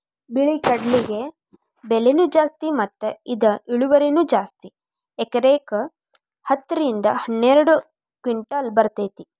ಬಿಳಿ ಕಡ್ಲಿಗೆ ಬೆಲೆನೂ ಜಾಸ್ತಿ ಮತ್ತ ಇದ ಇಳುವರಿನೂ ಜಾಸ್ತಿ ಎಕರೆಕ ಹತ್ತ ರಿಂದ ಹನ್ನೆರಡು ಕಿಂಟಲ್ ಬರ್ತೈತಿ